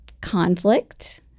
conflict